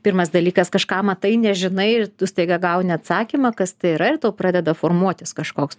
pirmas dalykas kažką matai nežinai ir tu staiga gauni atsakymą kas tai yra ir tau pradeda formuotis kažkoks